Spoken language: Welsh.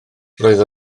roedd